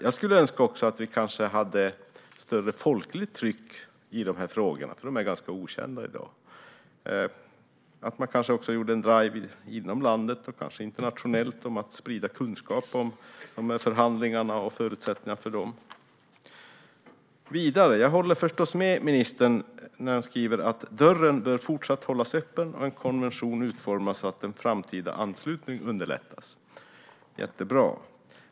Jag skulle också önska att vi hade ett större folkligt tryck i frågorna, för jag tror att de är ganska okända i dag. Man kunde kanske göra en drive inom landet och internationellt då man sprider kunskap om förhandlingarna och förutsättningarna för dem. Vidare håller jag förstås med ministern om att "dörren bör fortsatt hållas öppen och en konvention utformas så att en framtida anslutning underlättas". Det är jättebra.